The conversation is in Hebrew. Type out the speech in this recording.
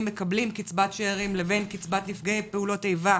מקבלים קצבת שאירים לבין קצבת נפגעי פעולות איבה,